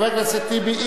חבר הכנסת טיבי,